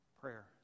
prayer